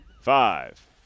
Five